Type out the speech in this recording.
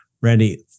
Randy